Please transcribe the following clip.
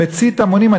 שמסית המונים.